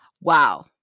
Wow